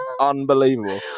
Unbelievable